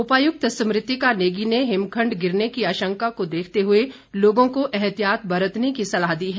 उपायुक्त स्मृतिका नेगी ने हिमखण्ड गिरने की आशंका को देखते हुए लोगों को एहतियात बरतने की सलाह दी है